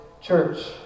church